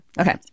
Okay